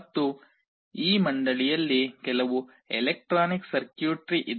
ಮತ್ತು ಈ ಮಂಡಳಿಯಲ್ಲಿ ಕೆಲವು ಎಲೆಕ್ಟ್ರಾನಿಕ್ ಸರ್ಕ್ಯೂಟ್ರಿ ಇದೆ